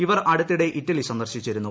ഇവർ അടുത്തിടെ ഇറ്റലി സന്ദർശിച്ചിരുന്നു